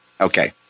Okay